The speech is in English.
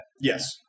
Yes